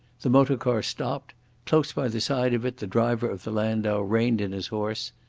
the motor-car stopped close by the side of it the driver of the landau reined in his horse.